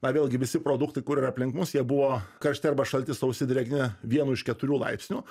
na vėlgi visi produktai kur yra aplink mus jie buvo karšti arba šalti sausi drėgni vienu iš keturių laipsnių